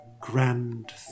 grand